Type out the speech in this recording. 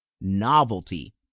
novelty